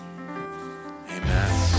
Amen